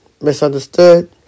Misunderstood